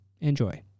Enjoy